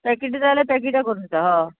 पॅकेटां जाल्या पॅकेटां करता हय